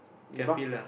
near the bus